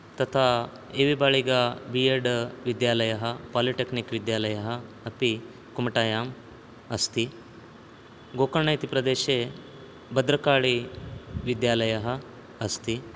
तथा A V Baliga B Ed विद्यालयः polytechnic विद्यालयः अपि कुमटायाम् अस्ति गोकर्ण इति प्रदेशे भद्रकाळिविद्यालयः अस्ति